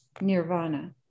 Nirvana